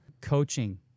coaching